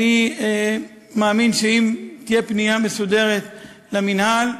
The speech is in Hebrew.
אני מאמין שאם תהיה פנייה מסודרת למינהל,